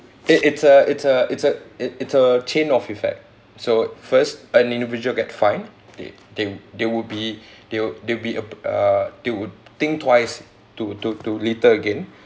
it is a it's a it's a it it's a chain of effect so first an individual get fine they they would they would be they would they'll be uh p~ uh they would think twice to to to litter again